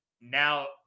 now